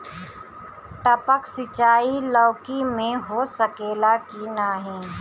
टपक सिंचाई लौकी में हो सकेला की नाही?